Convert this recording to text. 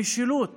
המשילות